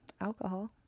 alcohol